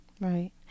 right